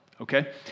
okay